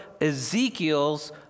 Ezekiel's